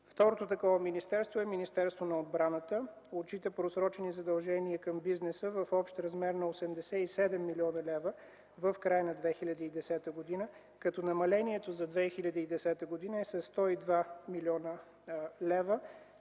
Второто такова министерство е Министерството на отбраната. То отчита просрочени задължения към бизнеса в общ размер на 87 млн. лв. в края на 2010 г., като намалението за 2010 г. е със 102 млн. лв.